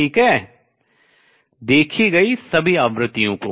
ठीक है देखी गई सभी आवृत्तियों को